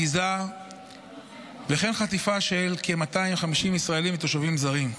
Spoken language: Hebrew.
ביזה וכן חטיפה של כ-250 ישראלים ותושבים זרים,